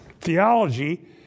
theology